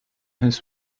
his